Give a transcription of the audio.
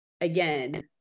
Again